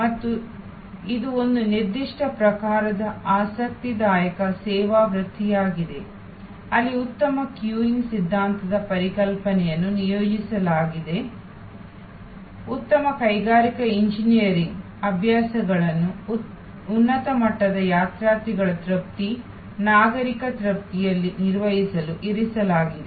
ಮತ್ತು ಇದು ಒಂದು ನಿರ್ದಿಷ್ಟ ಪ್ರಕಾರದ ಆಸಕ್ತಿದಾಯಕ ಸೇವಾ ವೃತ್ತಿಯಾಗಿದೆ ಅಲ್ಲಿ ಉತ್ತಮ ಸರದಿಯಿಂಗ್ ಸಿದ್ಧಾಂತದ ಪರಿಕಲ್ಪನೆಗಳನ್ನು ನಿಯೋಜಿಸಲಾಗಿದೆ ಉತ್ತಮ ಕೈಗಾರಿಕಾ ಎಂಜಿನಿಯರಿಂಗ್ ಅಭ್ಯಾಸಗಳನ್ನು ಉನ್ನತ ಮಟ್ಟದ ಯಾತ್ರಾರ್ಥಿಗಳ ತೃಪ್ತಿ ನಾಗರಿಕ ತೃಪ್ತಿಯಲ್ಲಿ ನಿರ್ವಹಿಸಲು ಇರಿಸಲಾಗಿದೆ